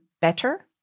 better